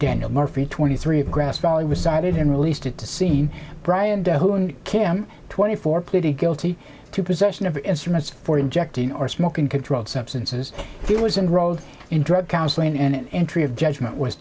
daniel murphy twenty three of grass valley was cited and released at the scene brian kim twenty four pleaded guilty to possession of instruments for injecting or smoking controlled substances dealers in growth in drug counseling and entry of judgment was